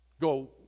Go